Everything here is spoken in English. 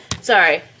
Sorry